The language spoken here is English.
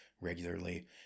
regularly